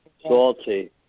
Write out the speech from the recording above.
salty